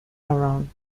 around